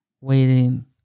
waiting